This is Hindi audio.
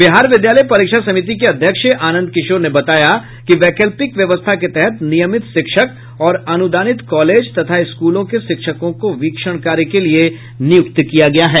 बिहार विद्यालय परीक्षा समिति के अध्यक्ष आनंद किशोर ने बताया कि वैकल्पिक व्यवस्था के तहत नियमित शिक्षक और अनुदानित कॉलेज तथा स्कूलों के शिक्षकों को वीक्षण कार्य के लिए नियुक्त किया गया है